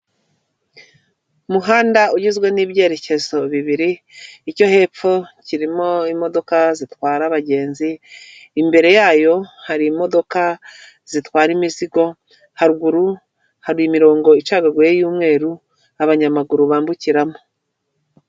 Umuhanda ugizwe n'ibyerekezo bibiri icyo hepfo kirimo imodoka zitwara abagenzi imbere yayo hari imodoka zitwara imizigo haruguru hari imirongo icagaguye y,umweru abanyamaguru bambukiramo.